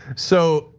so,